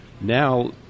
Now